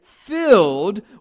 filled